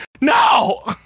No